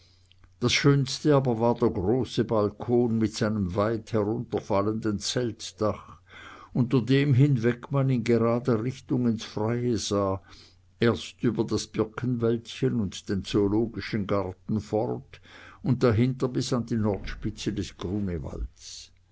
das schönste aber war der große balkon mit seinem weit herunterfallenden zeltdach unter dem hinweg man in gerader richtung ins freie sah erst über das birkenwäldchen und den zoologischen garten fort und dahinter bis an die nordspitze des